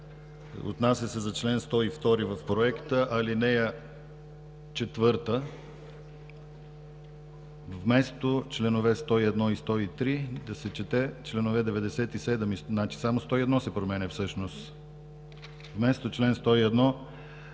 отнася се за чл. 102 в проекта, ал. 4, вместо членове 101 и 103 да се чете членове 97 и… Значи само чл. 101 се променя всъщност. Вместо чл. 101